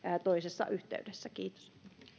toisessa yhteydessä kiitos